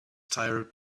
tire